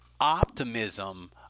optimism